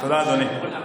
תודה, אדוני.